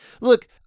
Look